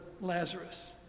Lazarus